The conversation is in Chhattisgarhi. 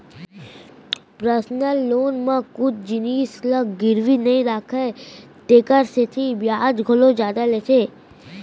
पर्सनल लोन म कुछु जिनिस ल गिरवी नइ राखय तेकर सेती बियाज घलौ जादा लेथे